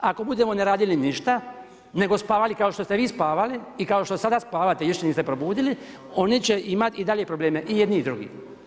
Ako budemo ne radili ništa, nego spavali, kao što ste vi spavali i kao što sada spavate, još se niste probudili, oni će imati i dalje probleme i jedni i drugi.